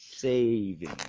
Saving